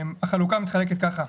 החלוקה נעשית ככה: